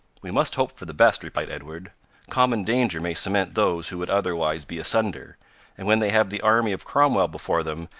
we must hope for the best, replied edward common danger may cement those who would otherwise be asunder and when they have the army of cromwell before them,